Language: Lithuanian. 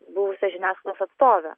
buvusią žiniasklaidos atstovę